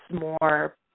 more